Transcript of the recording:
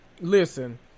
Listen